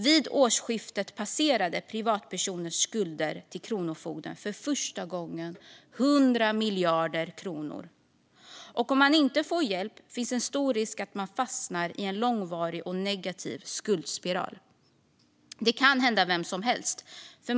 Vid årsskiftet passerade privatpersoners skulder till kronofogden för första gången 100 miljarder kronor. Om man inte får hjälp finns en stor risk att man fastnar i en långvarig och negativ skuldspiral. Det kan hända vem som helst.